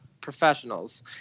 professionals